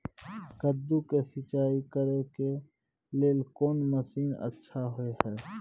कद्दू के सिंचाई करे के लेल कोन मसीन अच्छा होय है?